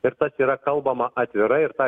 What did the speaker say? ir tas yra kalbama atvirai ir tą